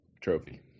trophy